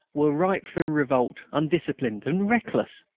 were ripe for revolt, undisciplined, and reckless!